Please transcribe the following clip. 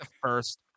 first